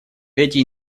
эти